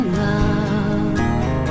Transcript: love